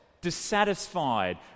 dissatisfied